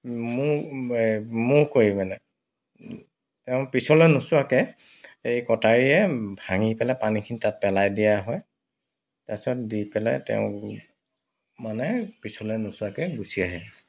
মো মুখ কৰি মানে তেওঁ পিছলৈ নোচোৱাকৈ এই কটাৰীয়ে ভাঙি পেলাই পানীখিনি তাত পেলাই দিয়া হয় তাৰপিছত দি পেলাই তেওঁ মানে পিছলৈ নোচোৱাকৈ গুচি আহে